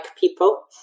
people